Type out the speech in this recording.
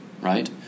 right